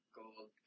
gold